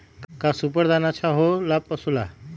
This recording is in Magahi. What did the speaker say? का सुपर दाना अच्छा हो ला पशु ला?